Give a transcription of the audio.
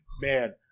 man